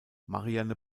marianne